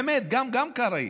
באמת, גם קרעי,